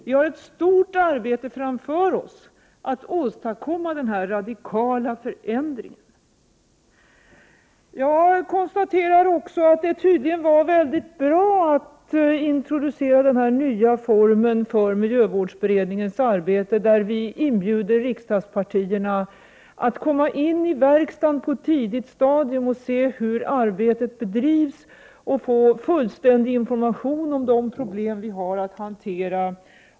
Vi har ett stort arbete framför oss för att kunna åstadkomma den här radikala förändringen. Vidare konstaterar jag att det var mycket bra att introducera den nya formen för miljövårdsberedningens arbete, där vi inbjuder riksdagspartierna att komma in i verkstaden på ett tidigt stadium för att se hur arbetet bedrivs och för att få fullständig information om de problem vi har att hantera.